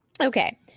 Okay